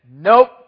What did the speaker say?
Nope